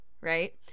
right